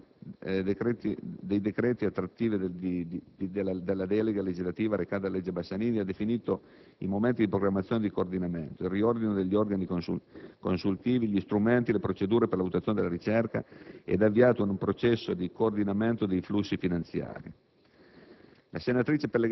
Uno dei decreti attuattivi della delega legislativa recata dalla legge Bassanini ha definito i momenti di programmazione e coordinamento, il riordino degli organi consultivi, gli strumenti e le procedure per la valutazione della ricerca, ed ha avviato un processo di coordinamento dei flussi finanziari.